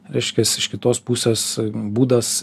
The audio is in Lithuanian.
reiškias iš kitos pusės būdas